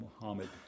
Muhammad